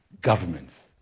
governments